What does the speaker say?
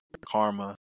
karma